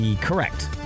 Correct